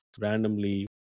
randomly